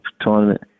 tournament